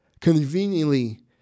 conveniently